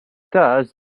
does